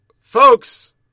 Folks